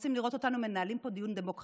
רוצים לראות אותנו פה מנהלים פה דיון דמוקרטי.